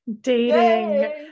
Dating